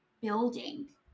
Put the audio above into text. building